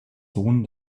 sohn